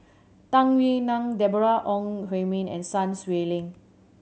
Tung Yue Nang Deborah Ong Hui Min and Sun Xueling